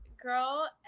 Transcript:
girl